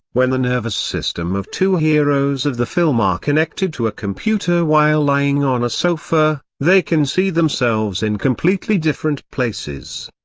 when the nervous system of two heroes of the film are connected to a computer while lying on a sofa, they can see themselves in completely different places.